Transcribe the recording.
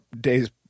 days